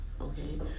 okay